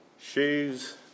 shoes